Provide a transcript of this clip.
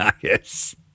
Yes